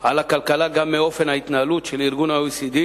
על הכלכלה גם מאופן ההתנהלות של ה-OECD.